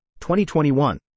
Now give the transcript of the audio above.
2021